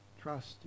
trust